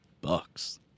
Bucks